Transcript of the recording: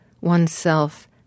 oneself